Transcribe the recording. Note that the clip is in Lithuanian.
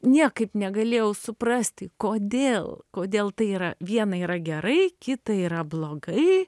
niekaip negalėjau suprasti kodėl kodėl tai yra viena yra gerai kita yra blogai